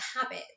habit